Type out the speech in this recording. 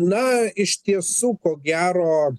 na iš tiesų ko gero